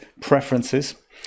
preferences